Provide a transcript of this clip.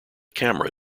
camera